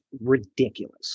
ridiculous